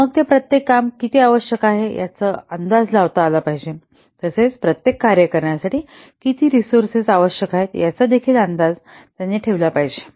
मग ते प्रत्येक काम किती आवश्यक आहे याचा अंदाज लावला पाहिजे तसेच प्रत्येक कार्य करण्यासाठी किती रिसोर्सेस आवश्यक आहेत याचा अंदाज देखील ठेवला पाहिजे